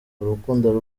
urukundo